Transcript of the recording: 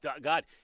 God